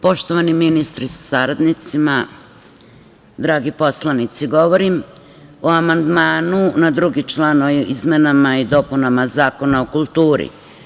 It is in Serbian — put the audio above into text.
Poštovani ministre sa saradnicima, dragi poslanici, govorim o amandmanu na drugi član o izmenama i dopunama Zakona o kulturi.